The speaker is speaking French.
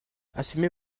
assumez